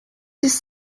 this